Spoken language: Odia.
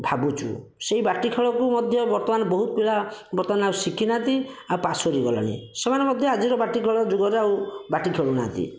ଭାବୁଛୁ ସେହି ବାଟି ଖେଳକୁ ମଧ୍ୟ ବର୍ତ୍ତମାନ ବହୁତ ପିଲା ବର୍ତ୍ତମାନ ଆଉ ଶିଖିନାହାନ୍ତି ଆଉ ପାସୋରି ଗଲାଣି ସେମାନେ ମଧ୍ୟ ଆଜିର ବାଟି ଖେଳ ଯୁଗରେ ଆଉ ବାଟି ଖେଳୁନାହାଁନ୍ତି